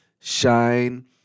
shine